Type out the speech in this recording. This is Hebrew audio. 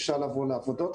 אפשר לבוא לעבודות.